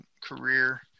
career